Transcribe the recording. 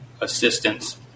assistance